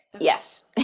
Yes